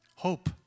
Hope